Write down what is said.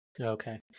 Okay